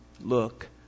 look